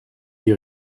die